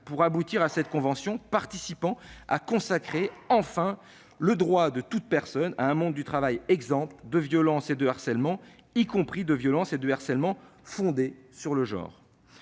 faire aboutir cette convention, participant à consacrer enfin le droit « de toute personne à un monde du travail exempt de violence et de harcèlement, y compris de violence et de harcèlement fondés sur le genre